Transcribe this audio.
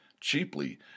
cheaply